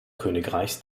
königreichs